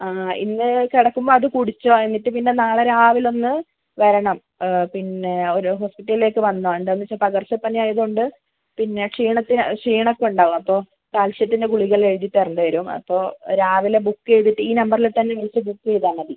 ഇന്ന് കിടക്കുമ്പോൾ അതു കുടിച്ചോ എന്നിട്ട് പിന്നെ നാളെ രാവിലെ ഒന്ന് വരണം പിന്നെ ഒരു ദിവസം ഹോസ്പിറ്റലിലേക്ക് വന്നോ എന്താണെന്നുവെച്ചാൽ പകർച്ചപ്പനിയായതുകൊണ്ട് പിന്നെ ക്ഷീണത്തിന് ക്ഷീണം ഒക്കെ ഉണ്ടാവും അപ്പോൾ കാൽഷ്യത്തിൻ്റെ ഗുളികയെല്ലാം എഴുതിത്തരേണ്ടിവരും അപ്പോൾ രാവിലെ ബുക്ക് ചെയ്തിട്ട് ഈ നമ്പറിൽ തന്നെ വിളിച്ചു ബുക്ക് ചെയ്താൽ മതി